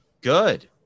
Good